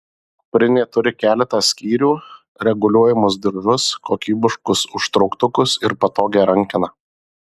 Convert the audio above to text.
kuprinė turi keletą skyrių reguliuojamus diržus kokybiškus užtrauktukus ir patogią rankeną